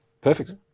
Perfect